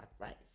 advice